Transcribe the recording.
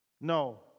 No